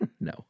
No